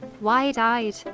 wide-eyed